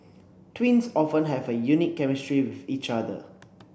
twins often have a unique chemistry with each other